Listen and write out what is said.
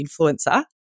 Influencer